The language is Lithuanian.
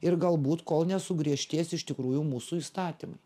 ir galbūt kol nesugriežtės iš tikrųjų mūsų įstatymai